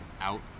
out